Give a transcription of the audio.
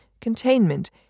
containment